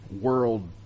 world